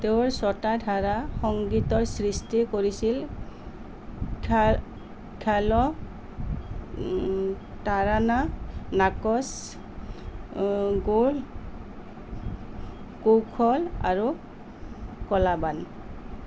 তেওঁ ছটা ধাৰা সংগীতৰ সৃষ্টি কৰিছিল খেয়াল তাৰানা নাকচ গুল কৌশল আৰু কলাবান